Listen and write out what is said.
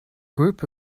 group